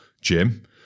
Jim